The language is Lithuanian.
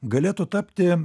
galėtų tapti